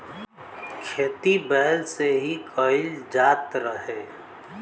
खेती बैल से ही कईल जात रहे